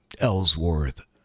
Ellsworth